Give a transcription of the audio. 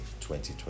2020